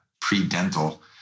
pre-dental